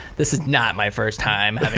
this is not my first time